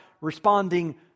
responding